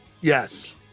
Yes